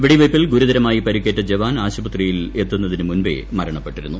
വെടിവയ്പ്പിൽ ഗുരുതരമായി പരിക്കേറ്റ ജവാൻ ആശുപത്രിയിൽ എത്തുന്നതിനു മുൻപേ മരണപ്പെട്ടിരുന്നു